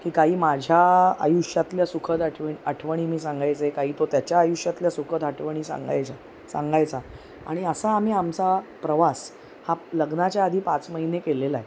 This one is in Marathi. की काही माझ्या आयुष्यातल्या सुखद आठवणी मी सांगायचे काही तो त्याच्या आयुष्यातल्या सुखद आठवणी सांगायच्या सांगायचा आणि असा आम्ही आमचा प्रवास हा लग्नाच्या आधी पाच महिने केलेलाय